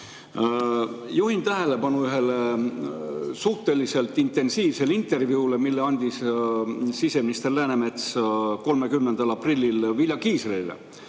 Juhin tähelepanu ühele suhteliselt intensiivsele intervjuule, mille andis siseminister Läänemets 30. aprillil Vilja Kiislerile.